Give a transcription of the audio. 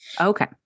Okay